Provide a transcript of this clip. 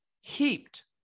heaped